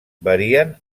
varien